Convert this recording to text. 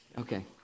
Okay